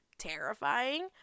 Terrifying